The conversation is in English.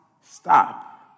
stop